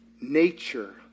nature